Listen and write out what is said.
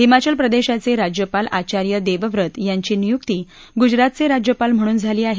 हिमाचल प्रदेशाचे राज्यपाल आचार्य देवव्रत यांची नियुकी गुजरातचे राज्यपाल म्हणून झाली आहे